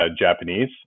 Japanese